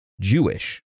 Jewish